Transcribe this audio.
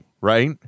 right